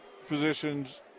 physician's